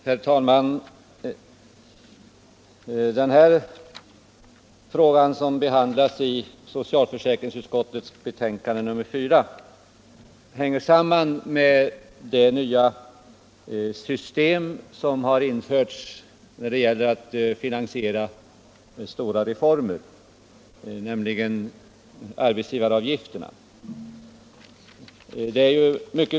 Herr talman! Den fråga som behandlas i socialförsäkringsutskottets betänkande nr 4 hänger samman med det nya system som har införts för finansieringen av stora reformer, nämligen arbetsgivaravgifterna.